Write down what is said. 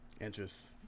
interest